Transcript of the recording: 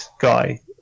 guy